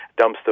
dumpster